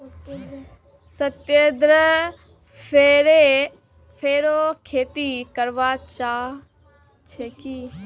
सत्येंद्र फेरो खेती करवा चाह छे की